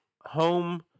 Home